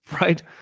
right